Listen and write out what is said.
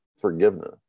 forgiveness